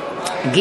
נגד חנא סוייד,